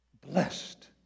Blessed